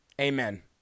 Amen